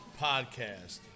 podcast